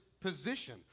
position